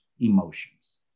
emotions